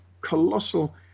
colossal